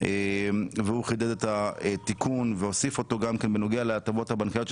והוא חידד את התיקון והוסיף אותו בנוגע להתאמות הבנקאיות,